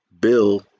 bill